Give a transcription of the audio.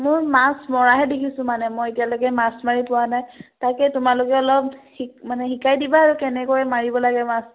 মোৰ মাছ মৰাহে দেখিছোঁ মানে মই এতিয়ালৈকে মাছ মাৰি পোৱা নাই তাকে তোমালোকে অলপ শি মানে শিকাই দিবা আৰু কেনেকৈ মাৰিব লাগে মাছ